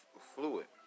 fluid